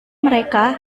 mereka